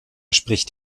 spricht